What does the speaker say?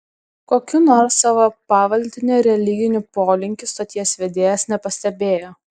kokių nors savo pavaldinio religinių polinkių stoties vedėjas nepastebėjo